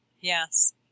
Yes